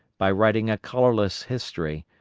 by writing a colorless history,